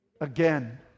Again